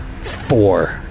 Four